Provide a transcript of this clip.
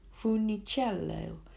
Funicello